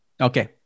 Okay